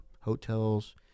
hotels